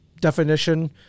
definition